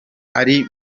ari